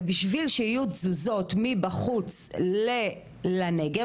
ובשביל שיהיו תזוזות מבחוץ לנגב,